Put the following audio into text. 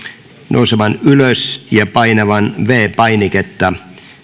nousemaan ylös ja painamaan viides painiketta